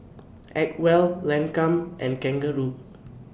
Acwell Lancome and Kangaroo